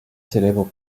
célèbre